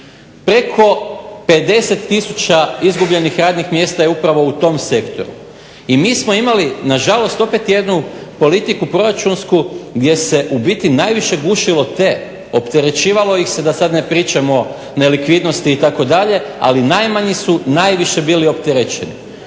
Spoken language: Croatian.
Preko 50 tisuća izgubljenih radnih mjesta je upravo u tom sektoru. I mi smo imali nažalost opet jednu politiku proračunsku gdje se u biti najviše gušilo te, opterećivalo ih se da sada ne pričamo nelikvidnosti itd. ali najmanji su bili najviše opterećeni.